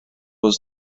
was